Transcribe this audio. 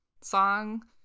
song